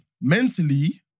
mentally